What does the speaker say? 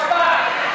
זה השבת,